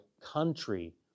country